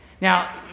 Now